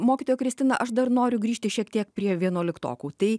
mokytoja kristina aš dar noriu grįžti šiek tiek prie vienuoliktokų tai